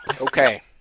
Okay